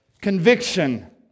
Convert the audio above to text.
conviction